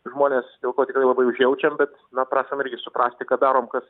žmonės dėl ko tikrai labai užjaučiam bet na prašom irgi suprasti kad darom kas